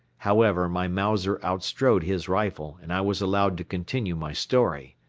however, my mauser outstrode his rifle and i was allowed to continue my story.